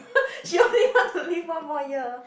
she only want to live one more year